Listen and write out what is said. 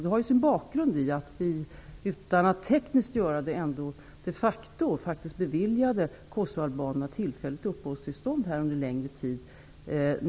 Det har sin bakgrund i att vi, när det rådde akut hot om krigsförberedelser i Kosovo, utan att tekniskt göra det faktiskt beviljade kosovoalbaner tillfälligt uppehållstillstånd under en längre tid.